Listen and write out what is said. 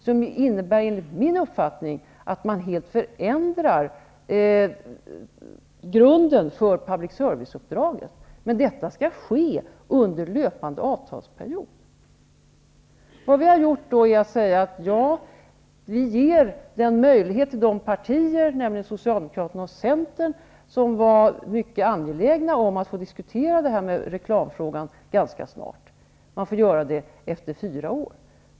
Det innebär enligt min uppfattning att man helt förändrar grunden för public service-uppdraget. Men detta skall ske under löpande avtalsperiod! Vi har då sagt att vi ger de partier -- nämligen Socialdemokraterna och Centern -- som var mycket angelägna om att få diskutera reklamfrågan ganska snart den möjligheten: de får göra det efter fyra år.